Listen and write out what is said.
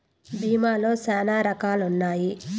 భీమా లో శ్యానా రకాలు ఉన్నాయి